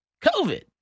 COVID